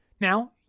Now